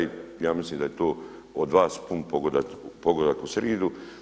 I ja mislim da je to od vas pun pogodak u sridu.